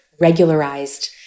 regularized